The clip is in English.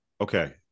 okay